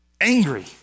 angry